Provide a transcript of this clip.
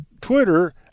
twitter